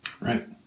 Right